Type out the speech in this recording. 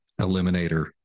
eliminator